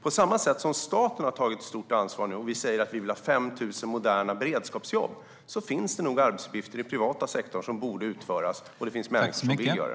På samma sätt som staten nu har tagit ett stort ansvar och säger att vi vill ha 5 000 moderna beredskapsjobb finns det nog arbetsuppgifter i den privata sektorn som borde utföras, och det finns människor som vill göra det.